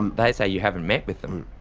and they say you haven't met with them.